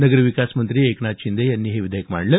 नगरविकासमंत्री एकनाथ शिंदे यांनी हे विधेयक मांडलं